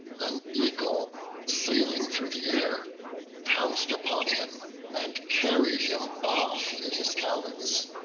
an eagle sailing through the air pounced upon him and carried him off in his talons.